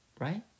right